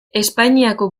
espainiako